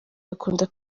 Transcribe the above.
bakunda